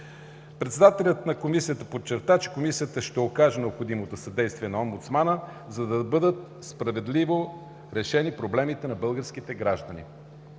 Председателят на комисията подчерта, че Комисията ще окаже необходимото съдействие на омбудсмана, за да бъдат справедливо решени проблемите на българските граждани.